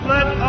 Let